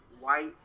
white